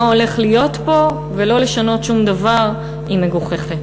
הולך להיות פה ולא לשנות שום דבר היא מגוחכת.